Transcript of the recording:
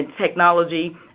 technology